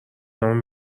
نام